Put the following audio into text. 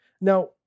Now